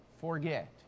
forget